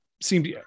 seemed